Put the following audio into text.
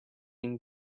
been